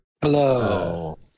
Hello